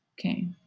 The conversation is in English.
okay